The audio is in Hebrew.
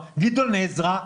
בבקשה.